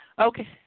Okay